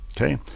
Okay